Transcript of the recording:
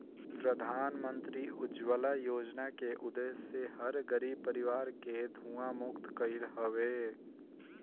प्रधानमंत्री उज्ज्वला योजना के उद्देश्य हर गरीब परिवार के धुंआ मुक्त कईल हवे